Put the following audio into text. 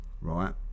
right